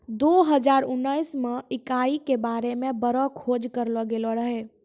दो हजार उनैस मे इकाई के बारे मे बड़ो खोज करलो गेलो रहै